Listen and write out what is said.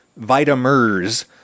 vitamers